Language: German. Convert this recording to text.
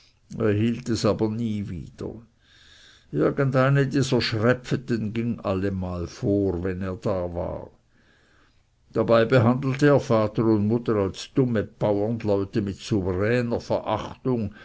aber nie wieder irgend eine dieser schräpfeten ging allemal vor wenn er da war dabei behandelte er vater und mutter als dumme baurenleute mit souveräner verachtung